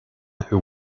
who